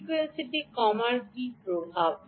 frequency কমার প্রভাব কী